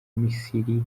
misiri